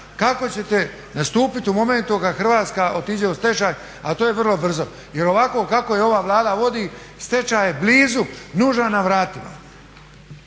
kako ćete nastupit u momentu kad Hrvatska otiđe u stečaj, a to je vrlo brzo. Jer ovako kako je ova Vlada vodi stečaj je blizu, nužan, na vratima.